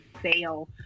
fail